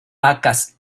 vacas